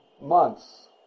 months